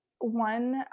one